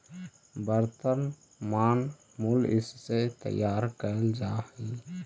वर्तनमान मूल्य कइसे तैयार कैल जा हइ?